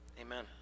amen